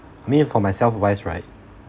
I mean for myself wise right